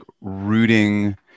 rooting